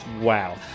wow